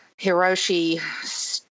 Hiroshi